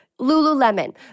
Lululemon